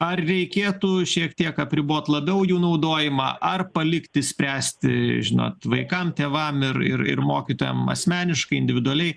ar reikėtų šiek tiek apribot labiau jų naudojimą ar palikti spręsti žinot vaikam tėvam ir ir ir mokytojam asmeniškai individualiai